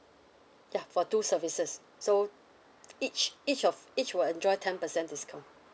yeah for two services so each each of each will enjoy ten percent discount